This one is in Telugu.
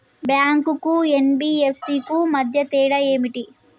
బ్యాంక్ కు ఎన్.బి.ఎఫ్.సి కు మధ్య తేడా ఏమిటి?